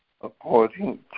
according